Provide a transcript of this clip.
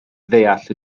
ddeall